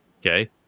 Okay